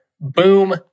Boom